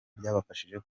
byabafashije